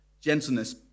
gentleness